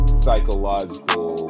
psychological